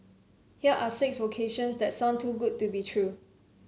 here are six vocations that sound too good to be true